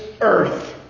earth